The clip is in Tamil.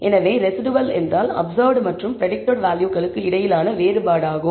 எனவே ரெஸிடுவல் என்றால் அப்சர்வ்ட் மற்றும் பிரடிக்டட் வேல்யூகளுக்கு இடையிலான வேறுபாடு ஆகும்